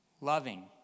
Loving